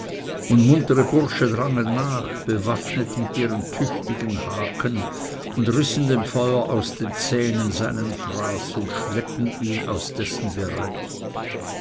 und muntere bursche drangen nach bewaffnet mit ihren tüchtigen haken und rissen dem feuer aus den zähnen seinen fraß und schleppten ihn aus dessen bereich